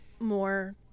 more